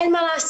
אין מה לעשות,